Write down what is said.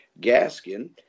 Gaskin